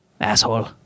Asshole